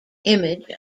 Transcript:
image